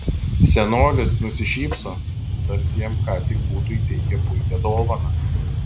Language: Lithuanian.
senolis nusišypso tarsi jam ką tik būtų įteikę puikią dovaną